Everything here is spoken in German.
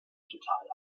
total